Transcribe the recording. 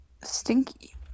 Stinky